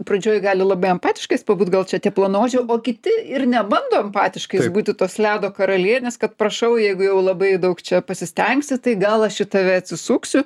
pradžioj gali labai empatiškas pabūt gal čia tie plonaodžiai o kiti ir nebando empatiškais būti tos ledo karalienės kad prašau jeigu jau labai daug čia pasistengsi tai gal aš į tave atsisuksiu